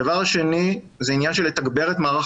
הדבר השני זה עניין של לתגבר את מערך